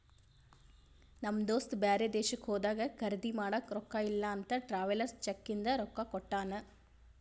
ನಮ್ ದೋಸ್ತ ಬ್ಯಾರೆ ದೇಶಕ್ಕ ಹೋದಾಗ ಖರ್ದಿ ಮಾಡಾಕ ರೊಕ್ಕಾ ಇಲ್ಲ ಅಂತ ಟ್ರಾವೆಲರ್ಸ್ ಚೆಕ್ ಇಂದ ರೊಕ್ಕಾ ಕೊಟ್ಟಾನ